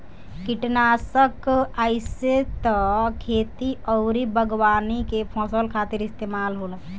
किटनासक आइसे त खेती अउरी बागवानी के फसल खातिर इस्तेमाल होला